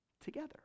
together